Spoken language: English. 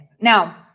Now